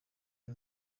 ari